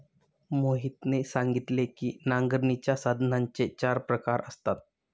मोहितने सांगितले की नांगरणीच्या साधनांचे चार प्रकार असतात